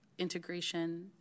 integration